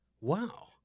wow